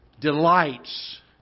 delights